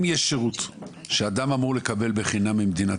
אם יש שירות שאדם אמור לקבל בחינם ממדינת